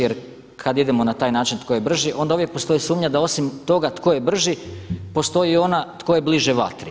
Jer kad idemo na taj način tko je brži, onda uvijek postoji sumnja da osim toga tko je brži postoji ona tko je bliže vatri.